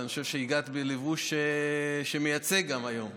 ואני חושב שהגעת גם בלבוש שמייצג היום,